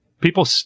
People